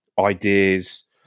ideas